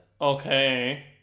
Okay